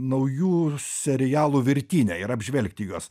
naujų serialų virtinę ir apžvelgti juos